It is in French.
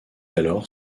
alors